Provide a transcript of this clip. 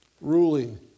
ruling